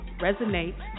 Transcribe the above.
Resonate